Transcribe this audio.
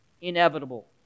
inevitable